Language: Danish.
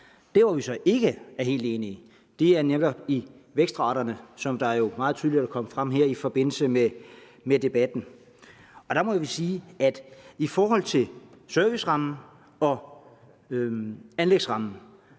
Der, hvor vi så ikke er helt enige, er netop med hensyn til vækstraterne, som det jo meget tydeligt er kommet frem her i forbindelse med debatten. Og der må vi sige, at i forhold til servicerammen og anlægsrammen